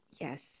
Yes